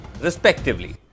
respectively